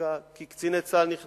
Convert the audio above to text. אני ממליץ לו להירגע,